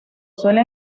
suele